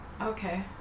Okay